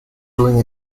during